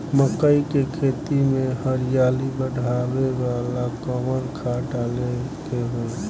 मकई के खेती में हरियाली बढ़ावेला कवन खाद डाले के होई?